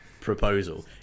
proposal